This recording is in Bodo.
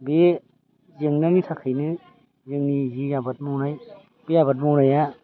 बे जेंनानि थाखायनो जोंनि जि आबाद मावनाय बे आबाद मावनाया